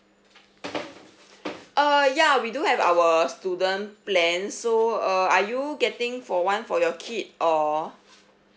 uh ya we do have our student plan so uh are you getting for one for your kid or